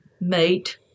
mate